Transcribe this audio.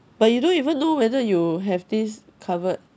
but you don't even know whether you have this covered